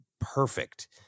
perfect